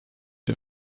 der